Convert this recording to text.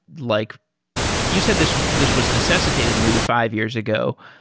like you said, this this was necessitated maybe five years ago,